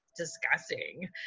Disgusting